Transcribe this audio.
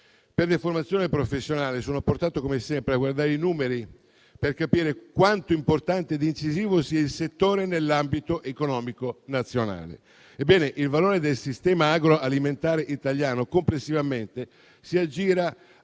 Per deformazione professionale sono portato come sempre a guardare i numeri per capire quanto importante ed incisivo sia il settore nell'ambito economico nazionale. Ebbene, il valore del sistema agroalimentare italiano complessivamente si aggira